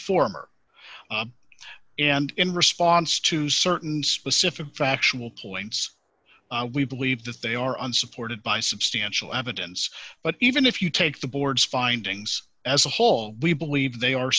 former and in response to certain specific factual claims we believe that they are unsupported by substantial evidence but even if you take the board's findings as a whole we believe they are